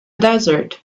desert